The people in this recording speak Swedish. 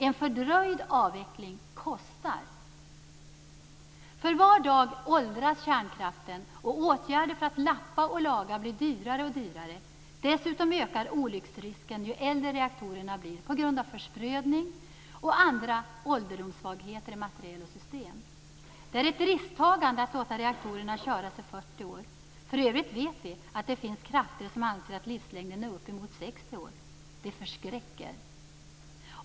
En fördröjd avveckling kostar. För var dag åldras kärnkraften och åtgärder för att lappa och laga blir dyrare och dyrare. Dessutom ökar olycksrisken ju äldre reaktorerna blir på grund av försprödning och andra ålderdomssvagheter i material och system. Det är ett risktagande att låta reaktorerna köras i 40 år. För övrigt vet vi att det finns krafter som anser att livslängden är uppemot 60 år. Det förskräcker.